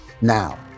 Now